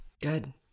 Good